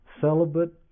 celibate